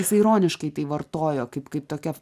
jis ironiškai tai vartojo kaip kaip tokia